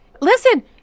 Listen